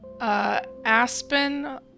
Aspen